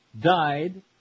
died